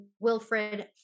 Wilfred